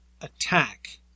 attack